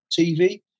TV